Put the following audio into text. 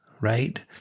right